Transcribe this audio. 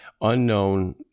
unknown